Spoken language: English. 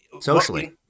socially